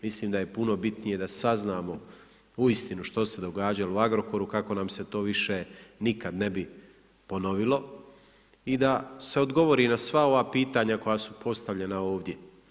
Mislim da je puno bitnije da saznamo uistinu što se događalo u Agrokoru, kako nam se to više nikad ne bi ponovilo i da se odgovori na sva ova pitanja koja su postavljena ovdje.